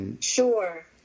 Sure